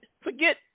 forget